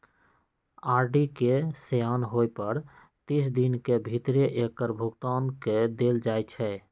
RD के सेयान होय पर तीस दिन के भीतरे एकर भुगतान क देल जाइ छइ